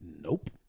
nope